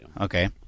Okay